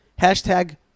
Hashtag